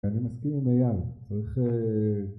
אני מסכים עם איל, צריך...